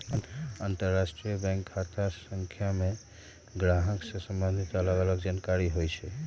अंतरराष्ट्रीय बैंक खता संख्या में गाहक से सम्बंधित अलग अलग जानकारि होइ छइ